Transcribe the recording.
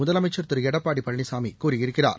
முதலமைச்சர் திரு எடப்பாடி பழனிசாமி கூறியிருக்கிறார்